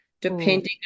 depending